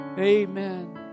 Amen